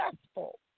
successful